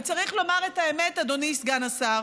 וצריך לומר את האמת, אדוני סגן השר,